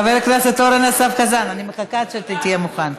חבר הכנסת אורן אסף חזן, אני מחכה עד שתהיה מוכן.